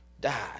die